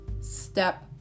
step